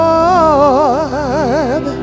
Lord